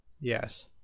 Yes